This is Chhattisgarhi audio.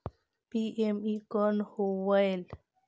पी.एम.ई कौन होयल?